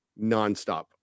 nonstop